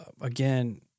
again